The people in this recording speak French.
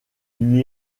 lui